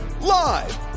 Live